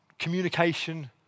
Communication